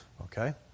Okay